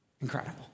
Incredible